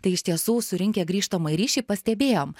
tai iš tiesų surinkę grįžtamąjį ryšį pastebėjom